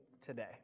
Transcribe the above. today